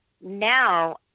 now